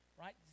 right